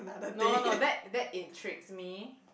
no no that that intrigues me